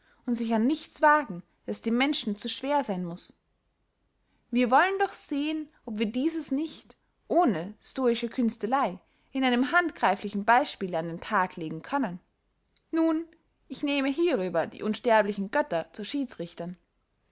und sich an nichts wagen das dem menschen zu schwer seyn muß wir wollen doch sehen ob wir dieses nicht ohne stoische künsteley in einem handgreiflichen beispiele an den tag legen können nun ich nehme hierüber die unsterblichen götter zu